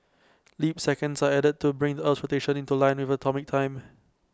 leap seconds are added to bring the Earth's rotation into line with atomic time